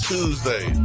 Tuesday